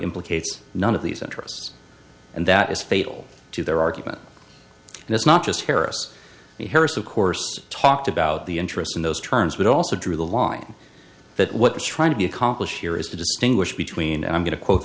implicates none of these interests and that is fatal to their argument and it's not just terrorists harris of course talked about the interest in those terms but also drew the line that what we're trying to accomplish here is to distinguish between and i'm going to quote